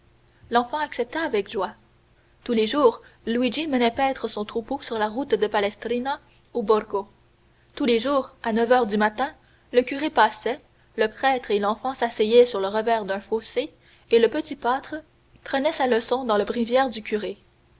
l'enfant accepta avec joie tous les jours luigi menait paître son troupeau sur la route de palestrina au borgo tous les jours à neuf heures du matin le curé passait le prêtre et l'enfant s'asseyaient sur le revers d'un fossé et le petit pâtre prenait sa leçon dans le bréviaire du curé